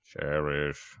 Cherish